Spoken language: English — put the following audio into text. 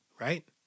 Right